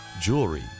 jewelry